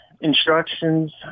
instructions